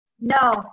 No